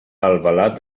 albalat